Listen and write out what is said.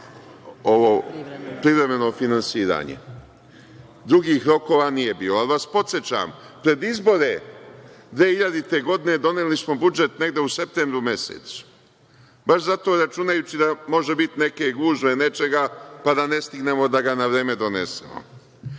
na privremeno finansiranje. Drugih rokova nije bilo, ali vas podsećam, pred izbore 2000. godine, doneli smo budžet negde u septembru mesecu, baš zato, računajući da može biti neke gužve, nečega, pa da ne stignemo da ga na vreme donesemo. Vi